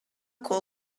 call